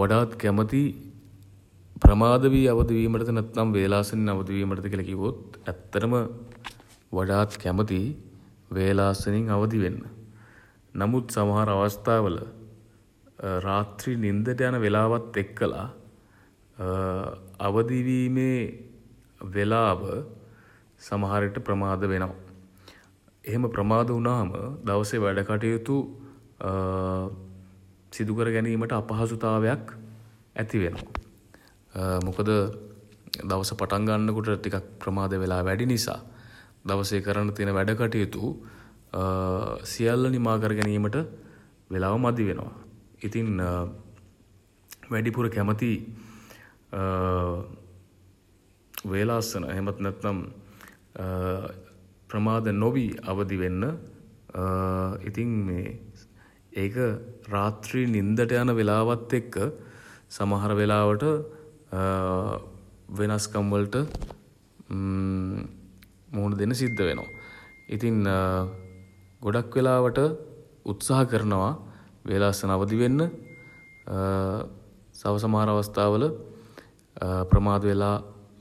වඩාත් කැමති ප්‍රමාද වී අවදි වීමටද නැත්නම් වේලාසනින් අවදි වීමටද කියල කිව්වොත් ඇත්තටම වඩාත් කැමති වේලාසනින් අවදි වෙන්න. නමුත් සමහර අවස්ථා වල රාත්‍රී නින්දට යන වෙලාවත් එක්කල අවදි වීමේ වෙලාව සමහර විට ප්‍රමාද වෙනවා. එහෙම ප්‍රමාද වුණ හම දවසේ වැඩ කටයුතු සිදු කර ගැනීමට අපහසුතාවයක් ඇති වෙනවා. මොකද දවස පටන් ගන්න කොට ටිකක් ප්‍රමාද වෙලා වැඩි නිසා. දවසේ කරන්න තියෙන වැඩ කටයුතු සියල්ල නිමා කර ගැනීමට වෙලාව මදි වෙනවා. ඉතින් වැඩිපුර කැමති වේලාසන එහෙමත් නැත්නම් ප්‍රමාද නොවී අවදි වෙන්න ඉතින් මේ ඒක රාත්‍රී නින්දට යන වෙලාවත් එක්ක සමහර වෙලාවට වෙනස්කම් වලට මුහුණ දෙන්න සිද්ද වෙනවා. ඉතින් ගොඩක් වෙලාවට උත්සාහ කරනවා වේලාසන අවදි වෙන්න. තව සමහර අවස්ථාවල ප්‍රමාද වෙලා